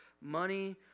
Money